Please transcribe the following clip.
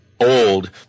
old